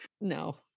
no